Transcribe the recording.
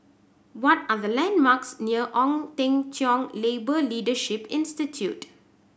what are the landmarks near Ong Teng Cheong Labour Leadership Institute